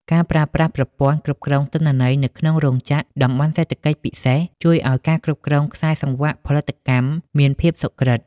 ការប្រើប្រាស់ប្រព័ន្ធគ្រប់គ្រងទិន្នន័យ នៅក្នុងរោងចក្រ តំបន់សេដ្ឋកិច្ចពិសេស ជួយឱ្យការគ្រប់គ្រងខ្សែសង្វាក់ផលិតកម្មមានភាពសុក្រឹត។